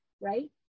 Right